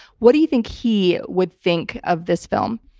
what do you think he would think of this film?